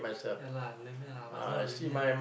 ya lah limit ah must know the limit lah